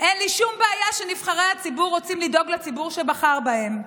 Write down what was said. אין לי שום בעיה שנבחרי הציבור רוצים לדאוג לציבור שבחר בהם,